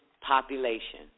population